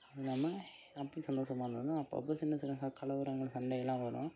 அதுவும் இல்லாமல் அப்படி சந்தோஷமா இருந்தாலும் அப்பப்போ சின்ன சின்ன ச கலவரங்கள் சண்டைலாம் வரும்